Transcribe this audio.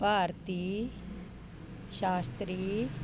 ਭਾਰਤੀ ਸ਼ਾਸਤਰੀ